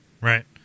right